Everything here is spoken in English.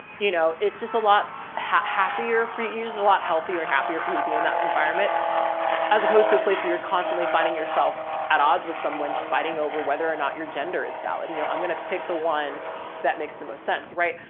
you know, it's just a lot happier for you to use, a lot healthier and happier for you to be in that environment as opposed to a place where you're constantly finding yourself at odds with someone fighting over whether or not your gender is valid, you know, i'm going to pick the one that makes the most sense. right?